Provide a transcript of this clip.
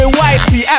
Whitey